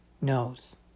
knows